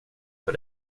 för